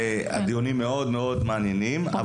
והדיונים מאוד מעניינים,